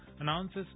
announces